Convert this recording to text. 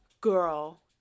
Girl